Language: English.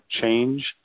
change